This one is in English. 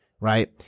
Right